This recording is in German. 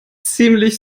ziemlich